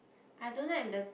I don't like the